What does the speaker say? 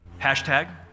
Hashtag